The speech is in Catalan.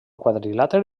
quadrilàter